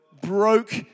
Broke